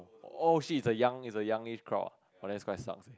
oh shit it's the young it's the young age crowd ah that's quite sucks eh